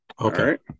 okay